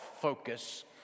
focus